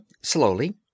slowly—